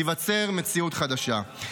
תיווצר מציאות חדשה,